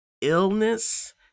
illness